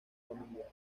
familia